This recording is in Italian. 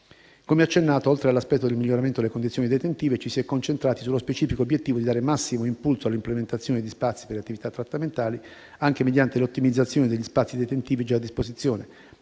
Come accennato, oltre all'aspetto del miglioramento delle condizioni detentive, ci si è concentrati sullo specifico obiettivo di dare massimo impulso all'implementazione di spazi per attività trattamentali, anche mediante l'ottimizzazione degli spazi detentivi già a disposizione,